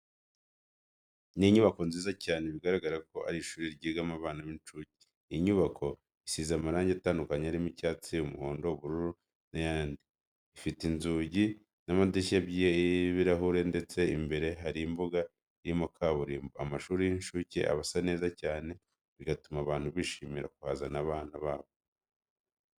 Ni inyubako nziza cyane bigaragara ko ari ishuri ryigiramo abana b'incuke. Iyo nyubako isize amarange atandukanye arimo icyatsi, umuhondo, ubururu n'ayandi. Ifite inzugi n'amadirishya by'ibirahure ndetse imbere hari imbuga irimo kaburimbo. Amashuri y'incuke aba asa neza cyane bigatuma abantu bishimira kuhazana abana babo.